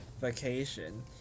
vacation